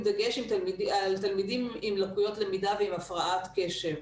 עם דגש על תלמידים עם לקויות למידה ועם הפרעת קשב.